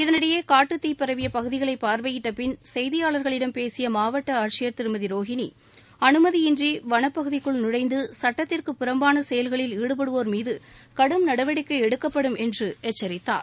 இதனிடையே காட்டுத் தீ பரவிய பகுதிகளை பார்வையிட்ட பின் செய்தியாளர்களிடம் பேசிய மாவட்ட ஆட்சியர் திருமதி ரோஹினி அனுமதியின்றி வனப்பகுதிக்குள் நுழைந்து சட்டத்திற்குப் புறம்பான செயல்களில் ஈடுபடுவோர் மீது கடும் நடவடிக்கை எடுக்கப்படும் என்று எச்சரித்தார்